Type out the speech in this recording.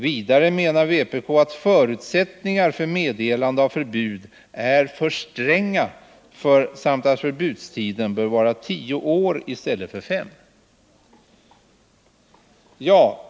Vidare menar vpk att förutsättningarna för meddelande av förbud är för stränga samt att förbudstiden bör vara tio år i stället för fem.